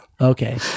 Okay